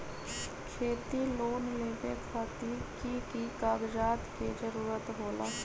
खेती लोन लेबे खातिर की की कागजात के जरूरत होला?